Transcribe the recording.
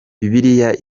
bibiliya